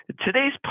Today's